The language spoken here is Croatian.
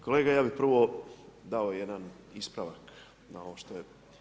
Kolega ja bih prvo dao jedan ispravak na ovo što je.